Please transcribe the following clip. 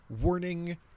warning